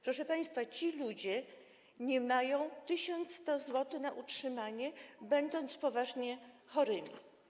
Proszę państwa, ci ludzie nie mają 1100 zł na utrzymanie, będąc poważnie chorymi.